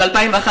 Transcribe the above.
ב-2001,